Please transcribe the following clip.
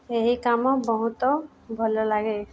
ଏହି କାମ ବହୁତ ଭଲ ଲାଗେ